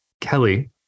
Kelly